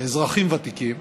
אזרחים ותיקים,